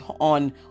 on